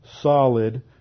solid